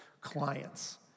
clients